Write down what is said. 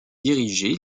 dirigé